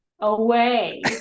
away